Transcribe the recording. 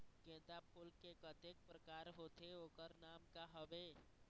गेंदा फूल के कतेक प्रकार होथे ओकर नाम का हवे?